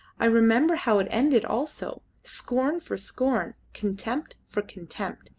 i remember how it ended also. scorn for scorn, contempt for contempt,